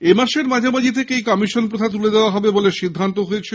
এমাসের মাঝামাঝি থেকেই কমিশন প্রথা তুলে দেওয়া হবে বলে সিদ্ধান্ত হয়েছিল